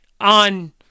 on